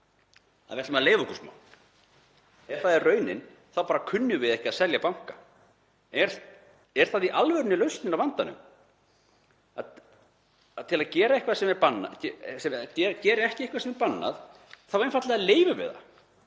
ætlum við að leyfa okkur smá? Ef það er raunin þá bara kunnum við ekki að selja banka. Er það í alvörunni lausnin á vandanum að til að gera ekki eitthvað sem er bannað þá einfaldlega leyfum við það?